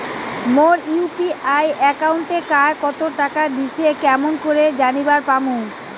মোর UPI একাউন্টে কায় কতো টাকা দিসে কেমন করে জানিবার পামু?